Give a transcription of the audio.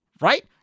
Right